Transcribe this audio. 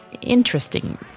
interesting